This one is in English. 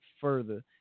further